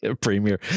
premier